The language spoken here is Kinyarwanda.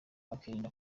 akirinda